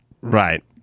Right